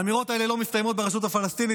האמירות האלה לא מסתיימות ברשות הפלסטינית.